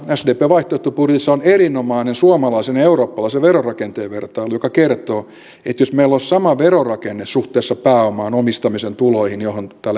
sdpn vaihtoehtobudjetissa on erinomainen suomalaisen ja eurooppalaisen verorakenteen vertailu joka kertoo että jos meillä olisi sama verorakenne suhteessa pääomaan omistamisen tuloihin johon täällä edellä